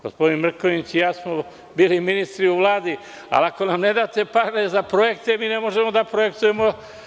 Gospodin Mrkonjić i ja smo bili ministri u Vladi, ali ako nam ne date pare za projekte, mi ne možemo da projektujemo.